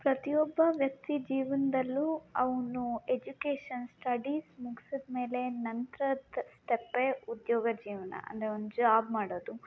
ಪ್ರತಿ ಒಬ್ಬ ವ್ಯಕ್ತಿ ಜೀವನದಲ್ಲೂ ಅವನು ಎಜುಕೇಶನ್ ಸ್ಟಡೀಸ್ ಮುಗ್ಸಿದ ಮೇಲೆ ನಂತ್ರದ್ದು ಸ್ಟೆಪ್ಪೇ ಉದ್ಯೋಗ ಜೀವನ ಅಂದರೆ ಅವ್ನು ಜಾಬ್ ಮಾಡೋದು